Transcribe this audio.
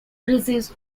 receives